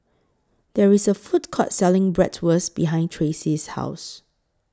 There IS A Food Court Selling Bratwurst behind Tracey's House